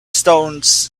stones